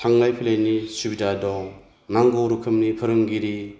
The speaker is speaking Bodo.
थांलाय फैलायनि सुबिदा दं नांगौ रोखोमनि फोरोंगिरि